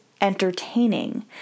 entertaining